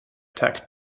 tec